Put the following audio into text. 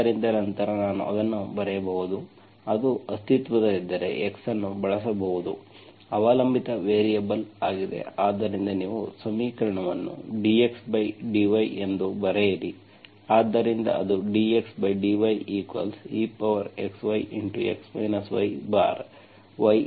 ಆದ್ದರಿಂದ ನಂತರ ನಾನು ಅದನ್ನು ಬರೆಯಬಹುದು ಅದು ಅಸ್ತಿತ್ವದಲ್ಲಿದ್ದರೆ x ಅನ್ನು ಬಳಸುವುದು ಅವಲಂಬಿತ ವೇರಿಯೇಬಲ್ ಆಗಿದೆ ಆದ್ದರಿಂದ ನೀವು ಸಮೀಕರಣವನ್ನು dxdy ಎಂದು ಬರೆಯಿರಿ ಆದ್ದರಿಂದ ಅದು dxdyexy x yy 1exy ಆಗುತ್ತದೆ